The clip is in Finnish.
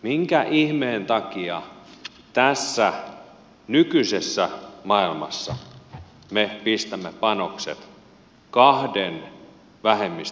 minkä ihmeen takia tässä nykyisessä maailmassa me pistämme panokset kahden vähemmistökielen opiskeluun